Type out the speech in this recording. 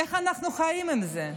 איך אנחנו חיים עם זה?